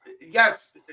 yes